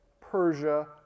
Persia